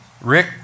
Rick